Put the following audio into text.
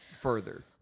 further